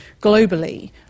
globally